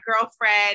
girlfriend